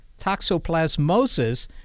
toxoplasmosis